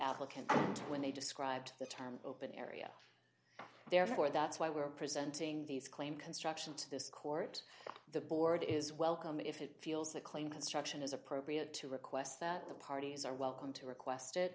applicant when they described the term open area therefore that's why we are presenting these claim construction to this court the board is welcome if it feels a claim construction is appropriate to request that the parties are welcome to request it